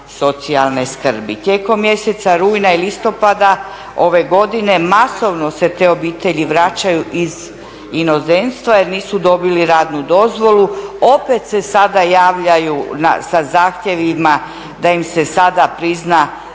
socijalne skrbi. Tijekom mjeseca rujna i listopada ove godine masovno se te obitelji vraćaju iz inozemstva jer nisu dobili radnu dozvolu, opet se sada javljaju sa zahtjevima da im se sada prizna